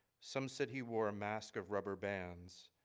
some said he wore a mask of rubber bands,